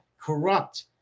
corrupt